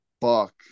buck